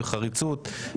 בחריצות,